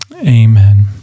Amen